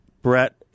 Brett